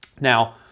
Now